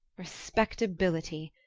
respectability!